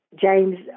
James